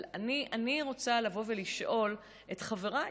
אבל אני רוצה לבוא ולשאול את חבריי,